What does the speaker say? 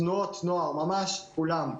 תנועות נוער ממש כולם.